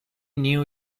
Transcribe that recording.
new